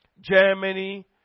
Germany